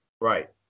Right